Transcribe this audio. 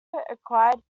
acquired